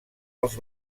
els